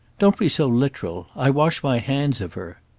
don't be so literal. i wash my hands of her.